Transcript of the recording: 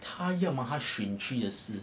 他要忙他选区的事